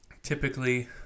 typically